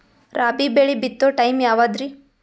ರಾಬಿ ಬೆಳಿ ಬಿತ್ತೋ ಟೈಮ್ ಯಾವದ್ರಿ?